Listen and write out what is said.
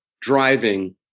driving